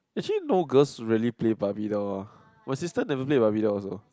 actually no girls really play barbie dolls my sister never play barbie doll oh